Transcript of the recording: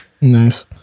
Nice